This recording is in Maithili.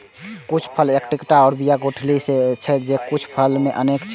कुछ फल मे एक्केटा बिया अथवा गुठली रहै छै, ते कुछ फल मे अनेक